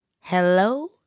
Hello